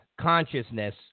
consciousness